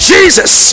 Jesus